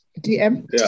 DM